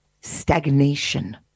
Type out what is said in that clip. Stagnation